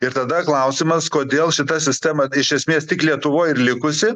ir tada klausimas kodėl šita sistema iš esmės tik lietuvoj ir likusi